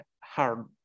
hard